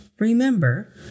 Remember